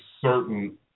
certain